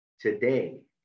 today